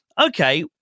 okay